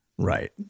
Right